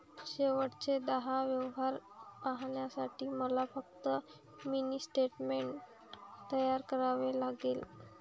शेवटचे दहा व्यवहार पाहण्यासाठी मला फक्त मिनी स्टेटमेंट तयार करावे लागेल